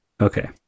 Okay